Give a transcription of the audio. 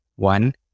one